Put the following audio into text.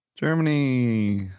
Germany